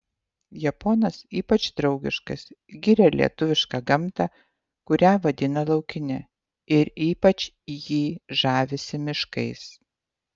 japonas ypač draugiškas giria lietuvišką gamtą kurią vadina laukine ir ypač jį žavisi miškais